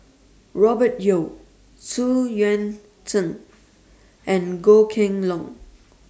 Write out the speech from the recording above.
Robert Yeo Xu Yuan Zhen and Goh Kheng Long